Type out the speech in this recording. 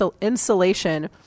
insulation